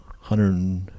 hundred